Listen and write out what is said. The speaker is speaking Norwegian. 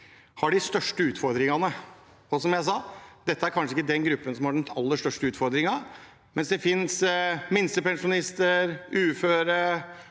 har de største utfordringene. Som jeg sa, er dette kanskje ikke den gruppen som har den aller største utfordringen. Det finnes minstepensjonister, uføre